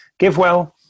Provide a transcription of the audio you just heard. GiveWell